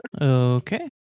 Okay